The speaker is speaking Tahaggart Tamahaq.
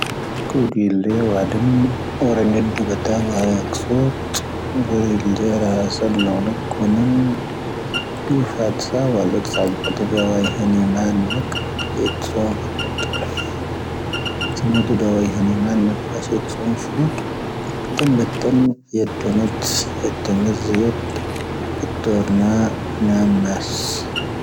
ⵇⵓⴷⵉⵍ ⵍⵉⵢⴻ ⵡⴰⴷⵓⵎ, oⵔⴻⵏ ⵏⵉⴷⵓ ⴱⴻⵜⴰⵡⴰⵔⵉ ⴰⴽⵙooⵜ, oⵔⴻⵏ ⵍⵉⵢⴻ ⵔⴰⵀⴰⵙⴰⵍ ⵏⴰⵏⴰⴽ ⴽoⵏⴰⵏ, ⵢⵓⴼⴰⴰⴷ ⵙⴰ ⵡⴰⵍⴰⴷ ⵙⴰ ⴳⵡⴰⴷⴰⴷⴰ ⵡⴰ ⵉⵀⴰⵏⵉ ⵎⴰⵏⵏⴰⵇ ⵜ'ⴻⵜⵙⵓoⵏ ⴼooⴷ. ⵜ'ⴻⵜⵙⵓ ⴳⵡⴰⴷⴰⴷⴰ ⵡⴰ ⵉⵀⴰⵏⵉ ⵎⴰⵏⵏⴰⵇ ⵜ'ⴻⵜⵙⵓoⵏ ⴼooⴷ, ⵜ'ⴻⵏⵏⴻⵜⴰⵏ ⵢⴰⴷⵓⵏⴻⵜ, ⵢⴻⵜⴻⵏⴳⴰⵣⵣⴻⴻⵜ, ⵢⴻⵜoⵔⵏⴰ ⵏⴰⵎⴰⵙ.